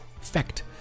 fact